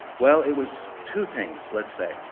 well, it was two things, let's say.